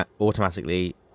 automatically